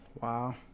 Wow